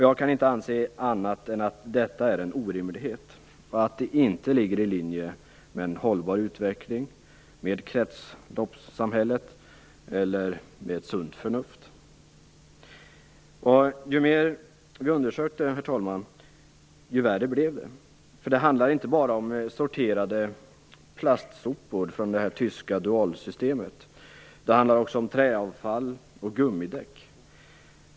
Jag kan inte anse annat än att detta är en orimlighet och att det inte ligger i linje med en hållbar utveckling, med kretsloppssamhället eller med ett sunt förnuft. Herr talman! Ju mer vi undersökte det, desto värre blev det. Det handlar inte bara om sorterade plastsopor från det tyska dualsystemet. Det handlar också om träavfall och gummidäck.